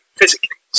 physically